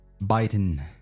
Biden